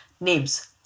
names